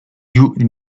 due